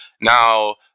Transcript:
now